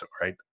right